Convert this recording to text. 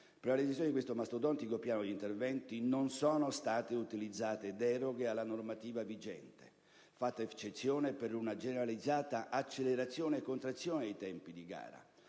realizzazione di questo mastodontico piano di interventi non sono state utilizzate deroghe alla normativa vigente, fatta eccezione per una generalizzata accelerazione e contrazione dei tempi di gara